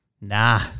Nah